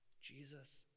Jesus